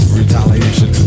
retaliation